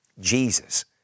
Jesus